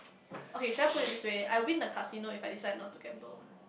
okay should I put it this way I win the casino if I decide not to gamble